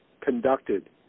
conducted